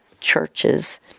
churches